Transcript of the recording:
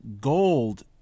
gold